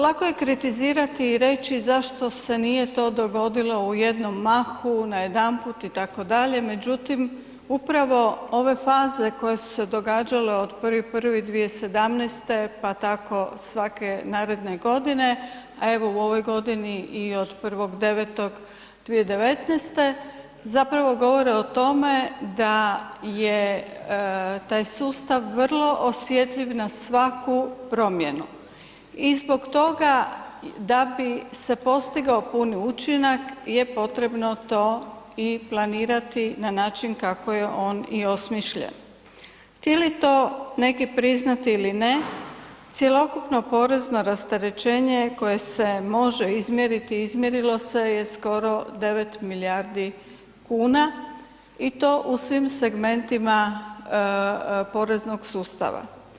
Lako je kritizirati i reći zašto se nije to dogodilo u jednom mahu, najedanput itd., međutim upravo ove faze koje su se događale od 1.1.2017., pa tako svake naredne godine, a evo u ovoj godini i od 1.9.2019. zapravo govore o tome da je taj sustav vrlo osjetljiv na svaku promjenu i zbog toga da bi se postigao puni učinak je potrebno to i planirati na način kako je on i osmišljen, htili to neki priznati ili ne, cjelokupno porezno rasterećenje koje se može izmjeriti, izmjerilo se je skoro 9 milijardi kuna i to u svim segmentima poreznog sustava.